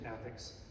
ethics